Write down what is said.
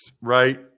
right